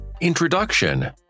Introduction